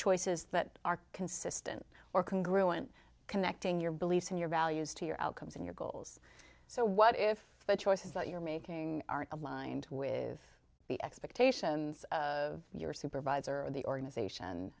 choices that are consistent or can grew and connecting your beliefs and your values to your outcomes and your goals so what if the choices that you're making aren't aligned with the expectations of your supervisor or the organization